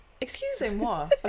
excusez-moi